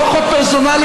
לא חוק פרסונלי?